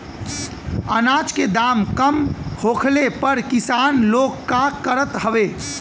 अनाज क दाम कम होखले पर किसान लोग का करत हवे?